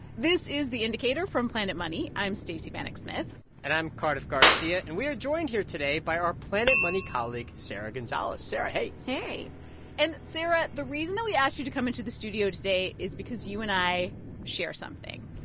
this is the indicator from planet money. i'm stacey vanek smith and i'm cardiff garcia. and we are joined here today by our planet money colleague sarah gonzalez. sarah, hey hey and sarah, the reason that we asked you to come into the studio today is because you and i share something,